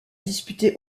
disputé